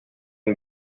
and